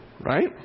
Right